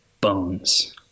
bones